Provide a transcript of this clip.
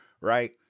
Right